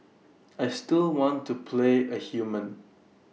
I still want to play A human